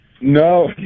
No